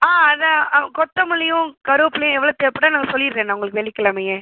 ஆ அதான் கொத்தமல்லியும் கருவேப்பிலையும் எவ்வளோ தேவைப்படும் நா சொல்லிடுறேண்ணா உங்களுக்கு வெள்ளிக்கிழமையே